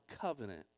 covenant